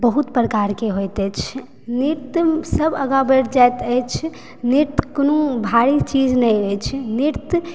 बहुत प्रकार के होइत अछि नृत्य सभ आगा बढ़ि जाइत अछि नृत्य कोनो भारी चीज नहि अछि नृत्य